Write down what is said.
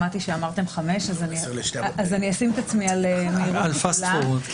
שמעתי שאמרתם חמש אז אני אשים את עצמי על מהירות כפולה.